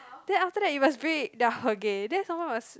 then after that you must break then okay then some more you must